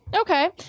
Okay